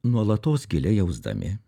nuolatos giliai jausdami